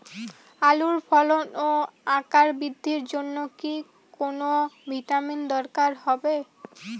আলুর ফলন ও আকার বৃদ্ধির জন্য কি কোনো ভিটামিন দরকার হবে?